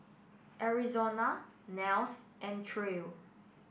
Arizona Nels and Trae